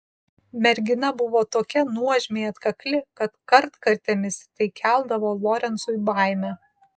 mergina buvo tokia nuožmiai atkakli kad kartkartėmis tai keldavo lorencui baimę